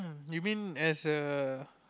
you mean as a